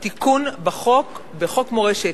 הוא מציע תיקון בחוק מרכז מורשת,